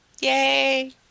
Yay